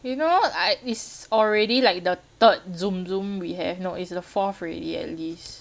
you know I is already like the third zoom zoom we have no it's the fourth already at least